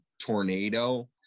tornado